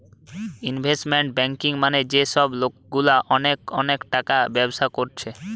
investment banking মানে যে সব লোকগুলা অনেক অনেক টাকার ব্যবসা কোরছে